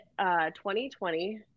2020